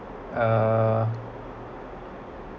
uh